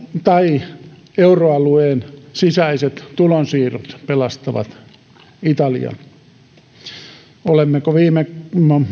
tai euroalueen sisäiset tulonsiirrot pelastavat italian olemmeko viime